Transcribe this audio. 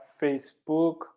Facebook